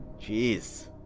Jeez